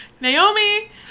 Naomi